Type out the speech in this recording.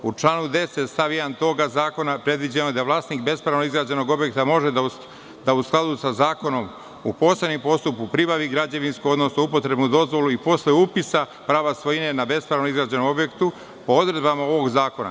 U članu 10. stav 1. tog zakona predviđeno je da vlasnik bespravnog izgrađenog objekta može da u skladu sa zakonom u posebnom postupku pribavi građevinsku odnosno upotrebnu dozvolu i posle upisa prava svojine na bespravno izgrađenom objektu po odredbama ovog zakona.